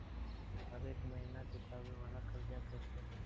हरेक महिना चुकावे वाला कर्जा कैसे मिली?